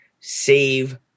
save